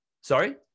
Sorry